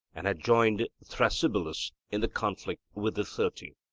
and had joined thrasybulus in the conflict with the thirty.